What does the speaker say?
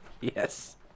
Yes